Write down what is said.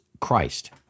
Christ